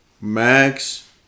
Max